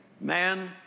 Man